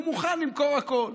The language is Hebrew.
הוא מוכן למכור הכול.